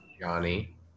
Johnny